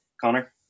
Connor